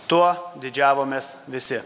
tuo didžiavomės visi